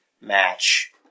match